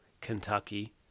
Kentucky